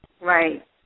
Right